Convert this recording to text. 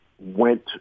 went